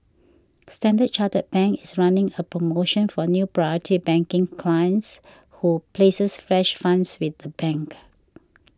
Standard Chartered Singapore is running a promotion for new Priority Banking clients who places fresh funds with the bank